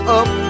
up